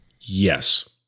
yes